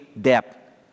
depth